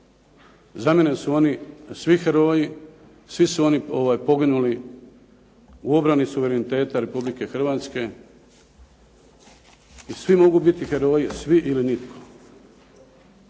Za mene su oni svi heroji, svi su oni poginuli u obrani suvereniteta Republike Hrvatske i svi mogu biti heroji, svi ili nitko!